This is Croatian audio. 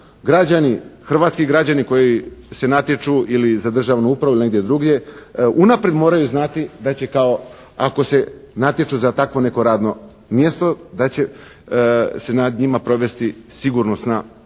građani, hrvatski građani koji se natječu ili za državnu upravu ili negdje drugdje unaprijed moraju znati da će kao, ako se natječu za takvo neko radno mjesto da će se nad njima provesti sigurnosna provjera.